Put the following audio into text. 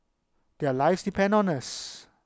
their lives depend on us